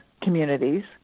communities